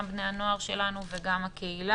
גם בני הנוער שלנו וגם הקהילה.